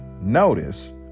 notice